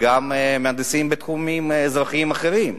וגם מהנדסים בתחומים אזרחיים אחרים.